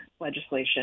legislation